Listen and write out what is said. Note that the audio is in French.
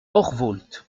orvault